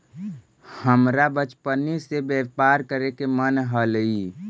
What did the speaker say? हमरा बचपने से व्यापार करे के मन हलई